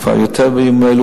כבר בימים אלו,